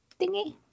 thingy